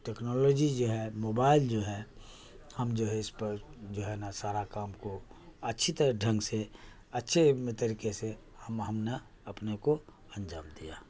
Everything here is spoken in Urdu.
ٹیکنالوجی جو ہے موبائل جو ہے ہم جو ہے اس پر جو ہے نا سارا کام کو اچھی طرح ڈھنگ سے اچھے طریقے سے ہم ہم نا اپنے کو انجام دیا